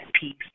peace